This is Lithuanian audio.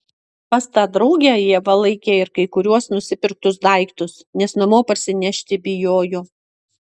pas tą draugę ieva laikė ir kai kuriuos nusipirktus daiktus nes namo parsinešti bijojo